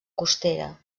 costera